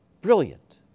Brilliant